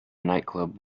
nightclub